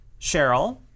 Cheryl